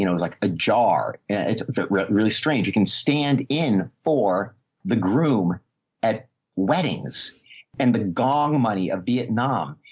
you know, it was like a jar it's really strange. you can stand in for the groom at weddings and the gong money of vietnam.